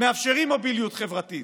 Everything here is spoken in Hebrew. מאפשרים מוביליות חברתית,